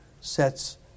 sets